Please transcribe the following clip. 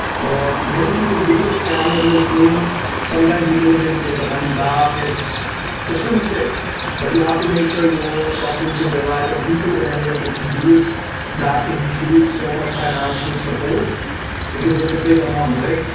but many people do get scammed in this game sometimes you don't really get the money back it's it's pretty sick but you have to make sure you're talking to reliable and people whenever you're making deals that includes so much financial support because it's a big amount way